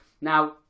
Now